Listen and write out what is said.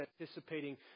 anticipating